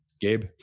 Gabe